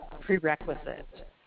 prerequisite